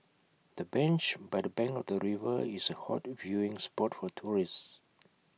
the bench by the bank of the river is A hot viewing spot for tourists